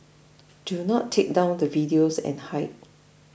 do not take down the videos and hide